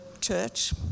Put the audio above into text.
church